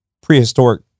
prehistoric